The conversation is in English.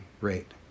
rate